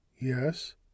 Yes